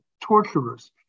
torturers